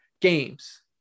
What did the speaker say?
games